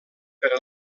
per